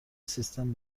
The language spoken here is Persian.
سیستم